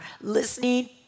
listening